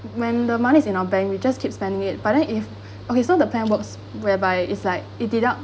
when the money is in our bank we just keep spending it but then if okay so the plan works whereby it's like it deduct